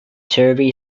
turvy